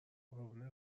قربون